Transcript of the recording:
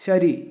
ശരി